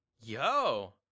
Yo